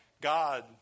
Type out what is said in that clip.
God